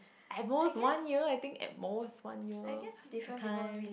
at most one year I think at most one year that kind